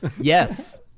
yes